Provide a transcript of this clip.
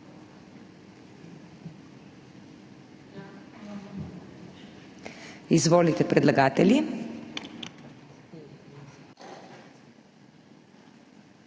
Izvolite, predlagatelji.